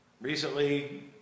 Recently